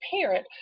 parent